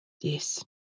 Yes